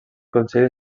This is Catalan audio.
consell